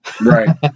Right